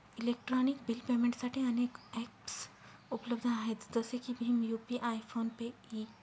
electronic bill पेमेंटसाठी अनेक ॲप्सउपलब्ध आहेत जसे की भीम यू.पि.आय फोन पे इ